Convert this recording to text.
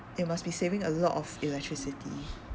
they must be saving a lot of electricity